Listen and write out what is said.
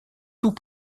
tout